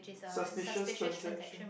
suspicious transactions